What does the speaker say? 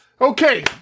Okay